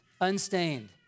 unstained